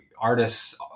artists